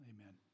Amen